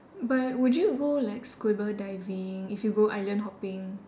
but would you go like scuba diving if you go island hopping